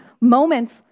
moments